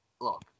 Look